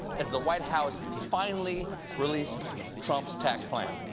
as the white house finally released trump's tax plan.